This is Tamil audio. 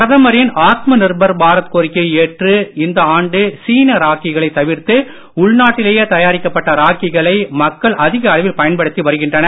பிரதமரின் ஆத்ம நிர்பார் பாரத் கோரிக்கையை ஏற்று இந்த ஆண்டு சீன ராக்கிகளைத் தவிர்த்து உள்நாட்டிலேயே தயாரிக்கப்பட்ட ராக்கிகளை மக்கள் அதிக அளவில் பயன்படுத்தி வருகின்றனர்